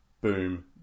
boom